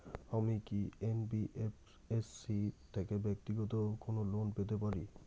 আমি কি এন.বি.এফ.এস.সি থেকে ব্যাক্তিগত কোনো লোন পেতে পারি?